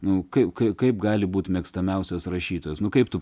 nu kaip kaip kaip gali būti mėgstamiausias rašytojas nu kaip tu